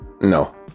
No